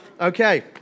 okay